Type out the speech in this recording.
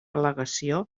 al·legació